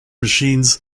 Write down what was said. machines